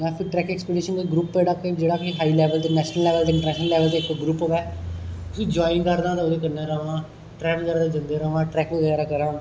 जां फिर trekking group जेहड़ा बी कोई हाई लेवल दा नेक्सट लेवल दे ट्रैकिंग लेवल दे ग्रुप होवे उसी जाइन करना ते ओहदे कन्नै रौहना ट्रैवल करदे जंदे रौहना ट्रैक बगैरा करां